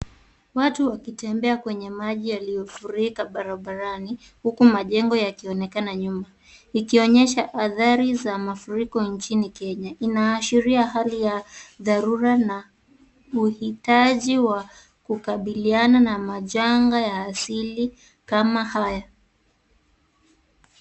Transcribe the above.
Watu wakitembea kwenye maji yaliyofurika barabarani, huku majengo yakionekana nyuma, ikionyesha athari za mafuriko nchini kenya, inaashiria hali ya dharura na uhitaji wa kukabiliana na majanga ya asili kama haya.